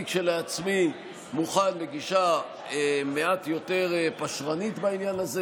אני כשלעצמי מוכן לגישה מעט יותר פשרנית בעניין הזה,